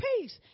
peace